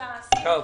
נכנסה ככה.